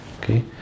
Okay